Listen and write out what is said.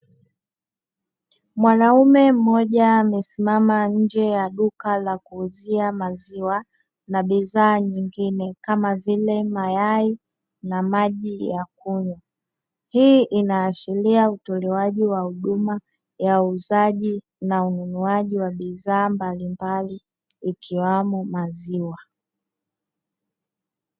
Mwanaume mmoja amesimama nje ya duka la kuuzia maziwa na bidhaa nyingine, kama vile mayai na maji ya kunywa. Hii inaashiria utiolewaji wa huduma ya uuzaji na ununuaji wa bidhaa mbalimbali ikiwemo maziwa.